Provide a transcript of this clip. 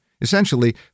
Essentially